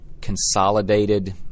consolidated